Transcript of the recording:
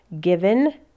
given